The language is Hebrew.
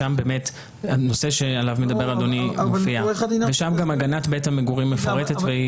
שם באמת מופיע הנושא שעליו מדבר אדוני ושם גם הגנת בית המגורים מפורטת.